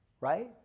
right